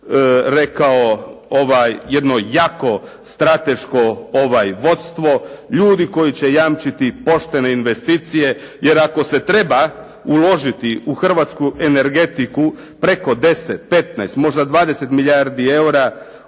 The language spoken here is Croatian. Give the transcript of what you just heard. rekao jedno jako strateško vodstvo, ljudi koji će jamčiti poštene investicije jer ako se treba uložiti u hrvatsku energetiku preko 10, 15, možda 20 milijardi eura